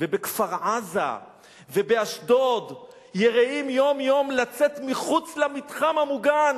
ובכפר-עזה ובאשדוד יראים יום-יום לצאת מחוץ למתחם המוגן.